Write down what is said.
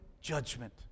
judgment